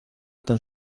tan